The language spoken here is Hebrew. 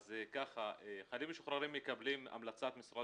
חיילים משוחררים מקבלים המלצת משרד